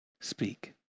Speak